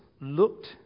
looked